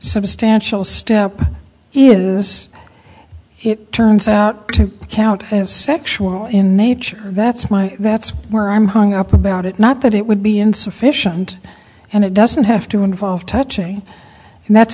substantial step it is it turns out to count as sexual in nature that's why that's where i'm hung up about it not that it would be insufficient and it doesn't have to involve touching and that's